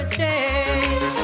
change